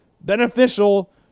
beneficial